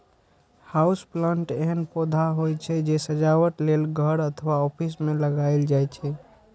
house plant एहन पौधा होइ छै, जे सजावट लेल घर अथवा ऑफिस मे लगाएल जाइ छै